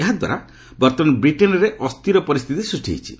ଏହାଦ୍ୱାରା ବର୍ତ୍ତମାନ ବ୍ରିଟେନ୍ରେ ଅସ୍ଥିର ପରିସ୍ଥିତି ସୃଷ୍ଟି ହୋଇଛି